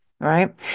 right